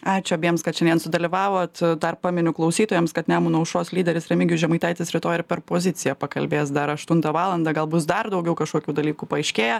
ačiū abiems kad šiandien sudalyvavot dar paminiu klausytojams kad nemuno aušros lyderis remigijus žemaitaitis rytoj ir per poziciją pakalbės dar aštuntą valandą gal bus dar daugiau kažkokių dalykų paaiškėja